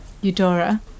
Eudora